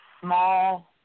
small